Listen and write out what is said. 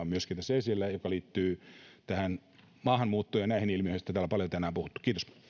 myöskin toinen teema joka liittyy maahanmuuttoon ja näihin ilmiöihin joista täällä on paljon tänään puhuttu